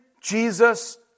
Jesus